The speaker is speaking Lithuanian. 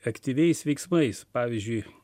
aktyviais veiksmais pavyzdžiui